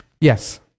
Yes